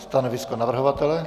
Stanovisko navrhovatele?